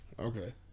Okay